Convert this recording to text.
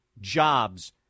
jobs